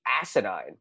asinine